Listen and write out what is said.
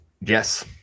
Yes